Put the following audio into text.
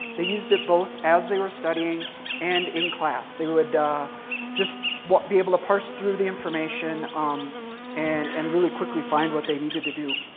they used it both as they were studying and in class. they would just be able to parse through the information um and and really quickly find what they needed to do.